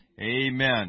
Amen